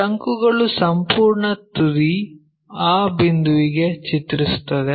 ಶಂಕುಗಳ ಸಂಪೂರ್ಣ ತುದಿ ಆ ಬಿಂದುವಿಗೆ ಚಿತ್ರಿಸುತ್ತದೆ